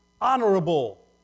honorable